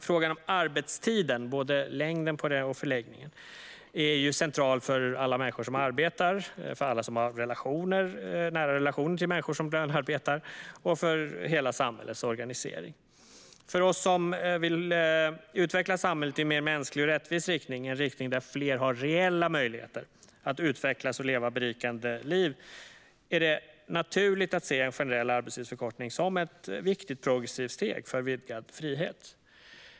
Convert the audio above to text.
Frågan om arbetstiden, både dess längd och dess förläggning, är central för alla människor som arbetar, för alla som har nära relationer till människor som lönearbetar och för hela samhällets organisering. För oss som vill utveckla samhället i en mer mänsklig och rättvis riktning, i en riktning där fler har reella möjligheter att utvecklas och leva berikande liv, är det naturligt att se en generell arbetstidsförkortning som ett viktigt progressivt steg för vidgad frihet.